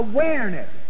Awareness